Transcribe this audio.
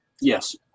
Yes